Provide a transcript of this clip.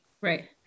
Right